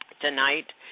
tonight